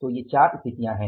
तो ये 4 स्थितियां हैं